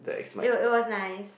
it it was nice